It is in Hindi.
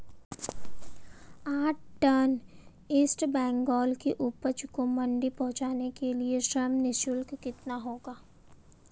आठ टन इसबगोल की उपज को मंडी पहुंचाने के लिए श्रम शुल्क कितना होगा?